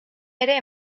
ere